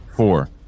Four